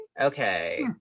okay